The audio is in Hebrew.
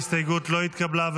ההסתייגות לא התקבלה.